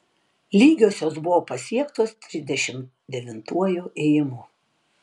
lygiosios buvo pasiektos trisdešimt devintuoju ėjimu